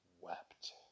wept